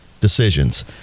decisions